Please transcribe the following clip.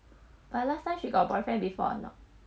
but last time she got boyfriend before or not